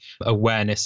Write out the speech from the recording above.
awareness